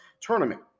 Tournament